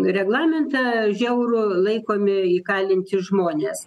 reglamentą žiaurų laikomi įkalinti žmones